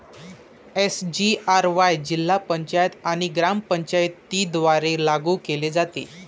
SGRY जिल्हा पंचायत आणि ग्रामपंचायतींद्वारे लागू केले जाते